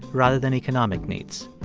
rather than economic needs.